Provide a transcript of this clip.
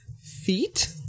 feet